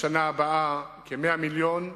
בשנה הבאה כ-100 מיליון,